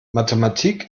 mathematik